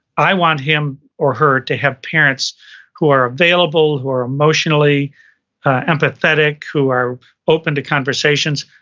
i want him or her to have parents who are available, who are emotionally ah empathetic, who are open to conversations.